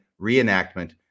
reenactment